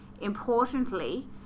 Importantly